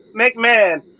McMahon